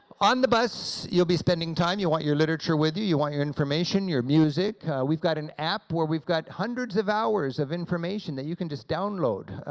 on the bus you'll be spending time, you want your literature with you, want your information, your music. we've got an app where we've got hundreds of hours of information that you can just download.